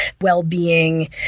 well-being